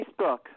Facebook